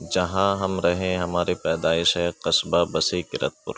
جہاں ہم رہے ہیں ہماری پیدائش ہے قصبہ بسی کرت پور